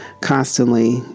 constantly